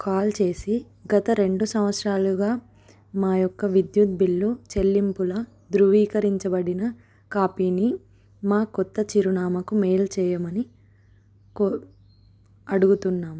call చేసి గత రెండు సంవత్సరాలుగా మా యొక్క విద్యుత్ బిల్లు చెల్లింపుల ధృవీకరించబడిన కాపీని మా కొత్త చిరునామకు మెయిల్ చేయమని కో అడుగుతున్నాము